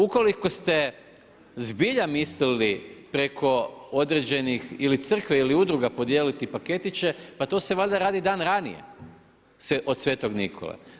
Ukoliko ste zbilja mislili preko određenih ili Crkve ili udruga podijeliti paketiće pa to se valjda radi dan ranije od sv. Nikole.